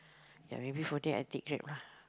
ya maybe for that I take Grab ah